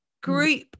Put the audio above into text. Group